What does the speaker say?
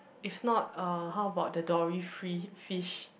if not uh how about the dory free fish